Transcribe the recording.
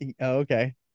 Okay